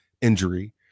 injury